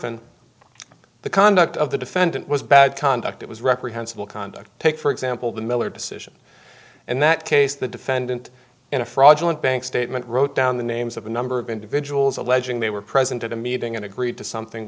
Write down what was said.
griffin the conduct of the defendant was bad conduct it was reprehensible conduct take for example the miller decision and that case the defendant in a fraudulent bank statement wrote down the names of a number of individuals alleging they were present at a meeting and agreed to something